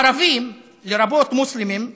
הערבים, לרבות מוסלמים,